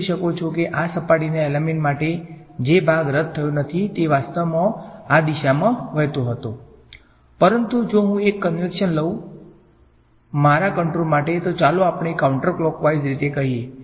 તમે જોઈ શકો છો કે આ સપાટીના એલીમેંટ માટે જે ભાગ રદ થયો નથી તે વાસ્તવમાં આ દિશામાં વહેતો હતો પરંતુ જો હું એક કંવેન્શન લઈશ મારા કંટુર માટે તો ચાલો આપણે કાઉન્ટરક્લોકવાઇઝ રીતે કહીએ